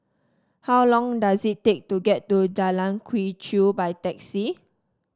how long does it take to get to Jalan Quee Chew by taxi